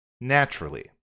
naturally